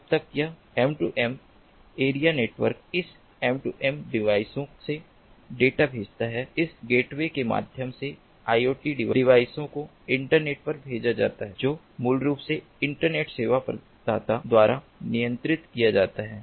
तब यह M2M area network इस M2M डिवाइसों से डेटा भेजता है इस गेटवे के माध्यम से IoT डिवाइसों को इंटरनेट पर भेजा जाता है जो मूल रूप से इंटरनेट सेवा प्रदाता द्वारा नियंत्रित किया जाता है